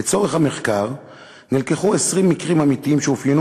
לצורך המחקר נלקחו 20 מקרים אמיתיים שאופיינו